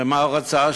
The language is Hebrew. ומה הוא רצה?